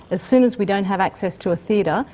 as soon as we don't have access to a theatre,